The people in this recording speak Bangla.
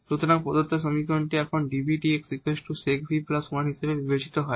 সুতরাং প্রদত্ত সমীকরণটি এখন dvdx sec v 1 হিসেবে বিবেচিত হবে